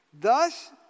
Thus